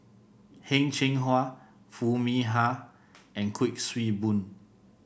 Heng Cheng Hwa Foo Mee Har and Kuik Swee Boon